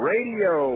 Radio